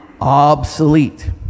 obsolete